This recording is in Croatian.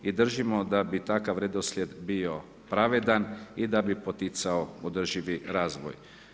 I držimo da bi takav redoslijed bio pravedan i da bi poticao održivi razvoj.